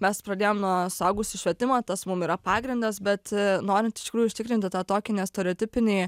mes pradėjom nuo suaugusių švietimo tas mum yra pagrindas bet norint iš tikrųjų užtikrinti tą tokį nestereotipinį